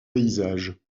paysage